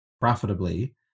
profitably